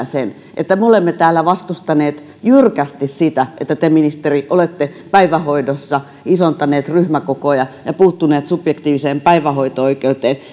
sen että me olemme täällä vastustaneet jyrkästi sitä että te ministeri olette päivähoidossa isontanut ryhmäkokoja ja puuttunut subjektiiviseen päivähoito oikeuteen